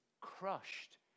crushed